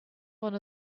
one